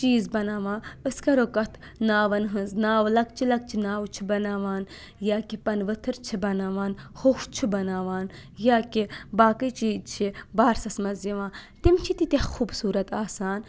چیٖز بَناوان أسۍ کَرو کَتھ ناوَن ہٕنٛز ناوٕ لۄکچہٕ لۄکچہٕ ناوٕ چھِ بَناوان یا کہِ پَنہٕ ؤتھٕر چھِ بَناوان ہوٚس چھِ بَناوان یا کہِ باقٕے چیٖز چھِ بارسَس منٛز یِوان تِم چھِ تیٖتیٛاہ خوٗبصورَت آسان